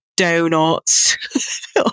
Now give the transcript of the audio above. Donuts